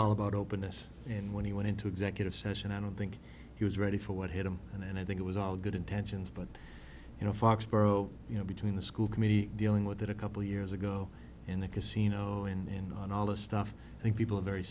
all about openness and when he went into executive session i don't think he was ready for what hit him and i think it was all good intentions but you know foxboro you know between the school committee dealing with that a couple years ago in the casino in and all the stuff i think people are very